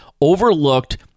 overlooked